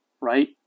right